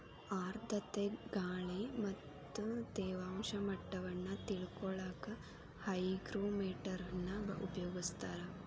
ಆರ್ಧ್ರತೆ ಗಾಳಿ ಮತ್ತ ತೇವಾಂಶ ಮಟ್ಟವನ್ನ ತಿಳಿಕೊಳ್ಳಕ್ಕ ಹೈಗ್ರೋಮೇಟರ್ ನ ಉಪಯೋಗಿಸ್ತಾರ